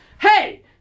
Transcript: hey